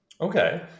okay